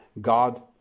God